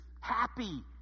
Happy